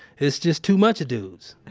it's just too much of dudes.